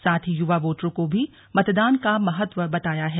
साथ ही युवा वोटरों को भी मतदान का महत्व बताया है